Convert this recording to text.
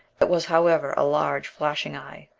it was, however, a large, flashing eye,